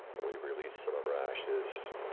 we released some of her ashes.